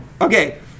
Okay